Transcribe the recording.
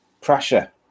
Pressure